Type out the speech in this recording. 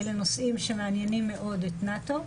אלה נושאים שמעניינים מאוד את נאט"ו.